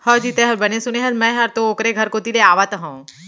हवजी, तैंहर बने सुने हस, मैं हर तो ओकरे घर कोती ले आवत हँव